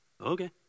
okay